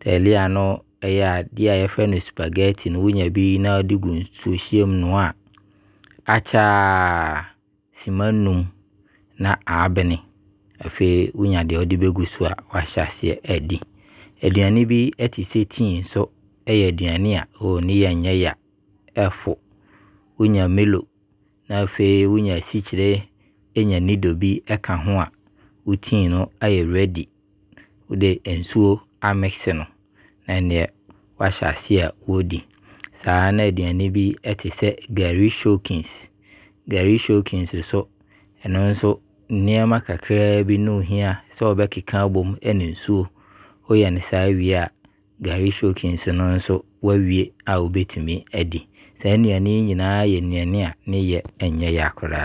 Talia no ɛyɛ adeɛ yɛfrɛ no 'Sphaghetti' no, wɔnya bi na wɔde gu nsuohyeɛ mu noa, akyɛre a sima nnum na abene. Afei wɔnya deɛ wɔde bɛgu so a, na wahyɛ aseɛ adi. Aduane bi ɛte sɛ 'tea' nso, ɛyɛ aduane a, ooo, ne yɛ nyɛya, ɛfɔ. Wɔnya 'milo', na afei wɔnya asikyire, ɛnya 'nido' bi ɛka ho a, wo 'tea' no ayɛ 'ready' Wɔde nsuo 'amix' no, na ɛnneɛ wahyɛ aseɛ a wɔdi. Saa na aduane bi ɛte sɛ 'gari soakings', 'gari soakings nso, ɛno nso nneɛma kakra bi na wo hia sɛ wɔbɛkeka abo mu ɛne nsuo. Wɔyɛ ne saa wei a, 'gari soakings' no nso wo awei a wobɛtumi adi. Saa nnuane yi nyinaa y[ nnuane a ne yɛ nyɛya koraa.